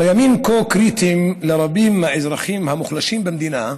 בימים כה קריטיים לרבים מהאזרחים המוחלשים במדינה,